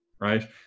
right